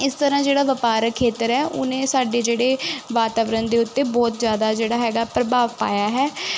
ਇਸ ਤਰ੍ਹਾਂ ਜਿਹੜਾ ਵਪਾਰਕ ਖੇਤਰ ਹੈ ਉਹਨੇ ਸਾਡੇ ਜਿਹੜੇ ਵਾਤਾਵਰਨ ਦੇ ਉੱਤੇ ਬਹੁਤ ਜ਼ਿਆਦਾ ਜਿਹੜਾ ਹੈਗਾ ਪ੍ਰਭਾਵ ਪਾਇਆ ਹੈ